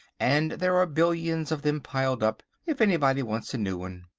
and there are billions of them piled up, if anybody wants a new one.